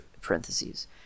parentheses